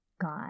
god